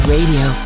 Radio